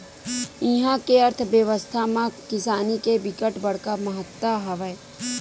इहा के अर्थबेवस्था म किसानी के बिकट बड़का महत्ता हवय